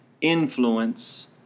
influence